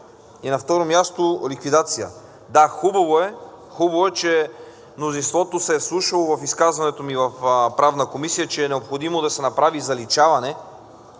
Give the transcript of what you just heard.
и на второ място, ликвидация. Да, хубаво е, че мнозинството се е вслушало в изказването ми в Правната комисия, че е необходимо да се направи заличаване